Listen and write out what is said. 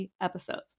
episodes